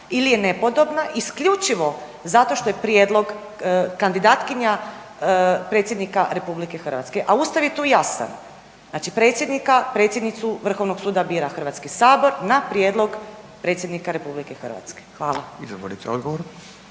ili je nepodobna isključivo zato što je prijedlog kandidatkinja Predsjednika RH? A Ustav je tu jasan. Znači predsjednika/predsjednicu bira Hrvatski sabor na prijedlog Predsjednika RH. Hvala. **Radin, Furio